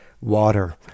water